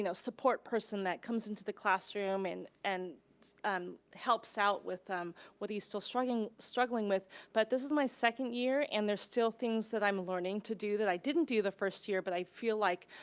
you know support person that comes into the classroom and and um helps out with um what are you still struggling struggling with. but this is my second year and there's still things that i'm learning to do that i didn't do the first year but i feel like,